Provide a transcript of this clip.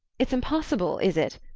it's impossible, is it?